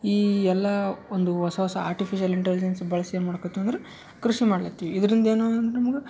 ಈ ಎಲ್ಲಾ ಒಂದು ಹೊಸ ಹೊಸ ಆರ್ಟಿಫಿಷ್ಯಲ್ ಇಂಟಲಿಜೆನ್ಸ್ ಬಳಸಿ ಏನು ಮಾಡಕತ್ತೀವಿ ಅಂದ್ರೆ ಕೃಷಿ ಮಾಡ್ಲತ್ತೀವಿ ಇದ್ರಿಂದ ಏನು ನಿಮ್ಗೆ